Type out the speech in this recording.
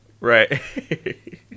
Right